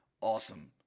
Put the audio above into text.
awesome